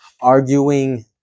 Arguing